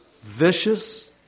vicious